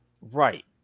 Right